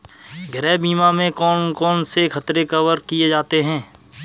गृह बीमा में कौन कौन से खतरे कवर किए जाते हैं?